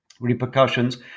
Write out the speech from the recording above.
repercussions